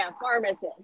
pharmacist